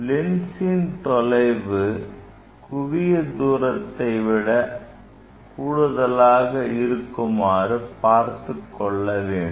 லென்ஸின் தொலைவு குவிய தூரத்தை விட கூடுதலாக இருக்குமாறு பார்த்துக் கொள்ள வேண்டும்